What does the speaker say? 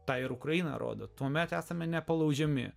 tai ir ukraina rodo tuomet esame nepalaužiami